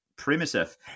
primitive